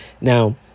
now